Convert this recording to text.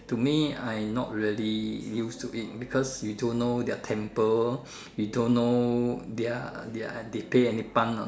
to me I not really used to it because you don't know their temper you don't know their their they play any punk or